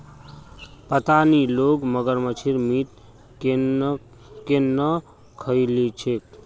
पता नी लोग मगरमच्छेर मीट केन न खइ ली छेक